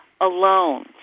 alone